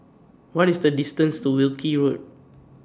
What IS The distance to Wilkie Road